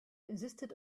insisted